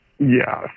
Yes